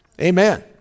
Amen